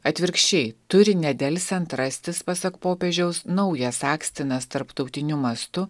atvirkščiai turi nedelsiant rastis pasak popiežiaus naujas akstinas tarptautiniu mastu